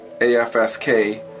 AFSK